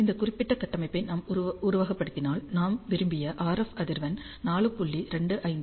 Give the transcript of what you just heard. இந்த குறிப்பிட்ட கட்டமைப்பை நாம் உருவகப்படுத்தினால் நாம் விரும்பிய RF அதிர்வெண் 4